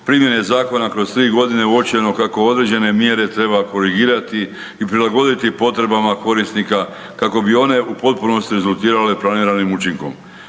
primjene zakona kroz tri godine uočeno kako određene mjere treba korigirati i prilagoditi potrebama korisnika kako bi one u potpunosti rezultirale planiranim učinkom.